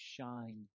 shine